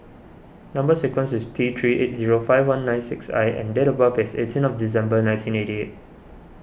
Number Sequence is T three eight zero five one nine six I and date of birth is eighteen of December nineteen eighty eight